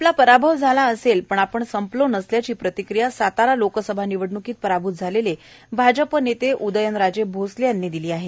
आपला पराभव झाला असेल पण आपण संपलो नसल्याची प्रतिक्रिया सातारा लोकसभा निवडण्कीत पराभूत झालेले भाजपचे नेते उदयनराजे भोसले यांनी दिली आहे